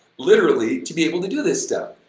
literally, to be able to do this stuff.